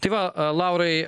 tai va laurai